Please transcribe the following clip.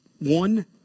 One